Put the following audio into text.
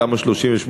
תמ"א 38,